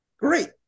Great